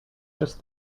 just